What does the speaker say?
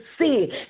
see